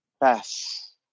pass